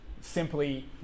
simply